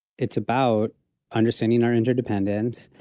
it's about understanding our interdependence,